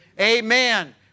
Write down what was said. Amen